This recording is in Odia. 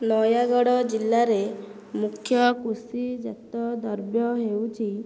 ନୟାଗଡ଼ ଜିଲ୍ଲାରେ ମୁଖ୍ୟ କୃଷିଜାତ ଦ୍ରବ୍ୟ ହେଉଛି